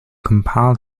compile